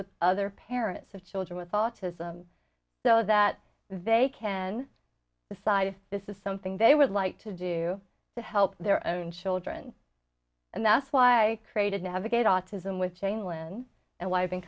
with other parents of children with autism so that they can decide if this is something they would like to do to help their own children and that's why i created navigate autism with jane lynn and w